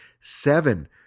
seven